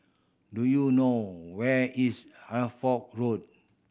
do you know where is Hertford Road